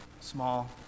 small